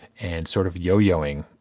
and sort of yo-yoing.